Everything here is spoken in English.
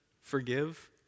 forgive